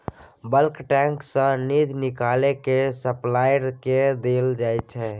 bulk tank सँ दुध निकालि केँ सप्लायर केँ देल जाइत छै